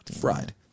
Fried